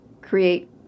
create